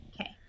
Okay